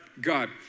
God